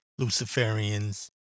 Luciferians